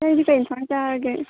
ꯅꯪꯗꯤ ꯀꯔꯤ ꯑꯦꯟꯁꯥꯡ ꯆꯥꯔꯒꯦ